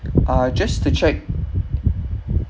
uh just to check